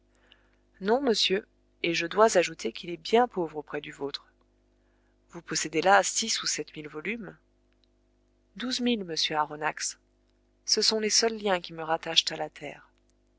non monsieur et je dois ajouter qu'il est bien pauvre auprès du vôtre vous possédez la six ou sept mille volumes douze mille monsieur aronnax ce sont les seuls liens qui me rattachent à la terre